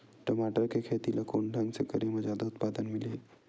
टमाटर के खेती ला कोन ढंग से करे म जादा उत्पादन मिलही?